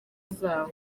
zabo